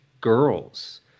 girls